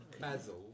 Basil